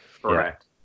Correct